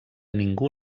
ningú